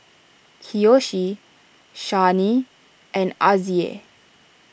Kiyoshi Shani and Azzie